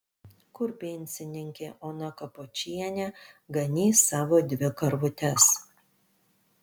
kur pensininkė ona kapočienė ganys savo dvi karvutes